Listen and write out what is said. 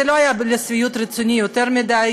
זה לא היה לשביעות רצוני יותר מדי,